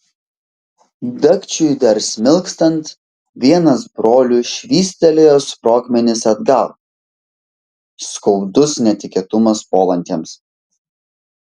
dagčiui dar smilkstant vienas brolių švystelėjo sprogmenis atgal skaudus netikėtumas puolantiems